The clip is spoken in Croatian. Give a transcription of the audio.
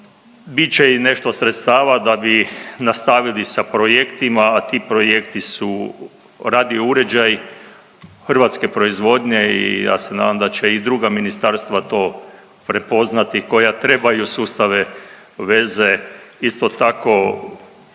će i nešto sredstava da bi nastavili sa projektima, a ti projekti su radio uređaji hrvatske proizvodnje i ja se nadam da će i druga ministarstva to prepoznati koja trebaju sustave veze. Isto tako svi